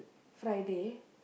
Friday